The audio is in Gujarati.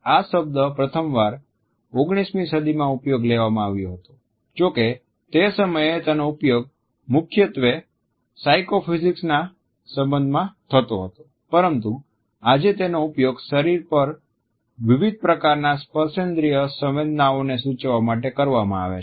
આ શબ્દ પ્રથમવાર 19મી સદીમાં ઉપયોગમાં લેવામાં આવ્યો હતો જો કે તે સમયે તેનો ઉપયોગ મુખ્યત્વે સાયકોફિઝિક્સ ના સંબંધમાં થતો હતો પરંતુ આજે તેનો ઉપયોગ શરીર પર વિવિધ પ્રકારના સ્પર્શેન્દ્રિય સંવેદનાઓને સૂચવવા માટે કરવામાં આવે છે